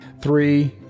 Three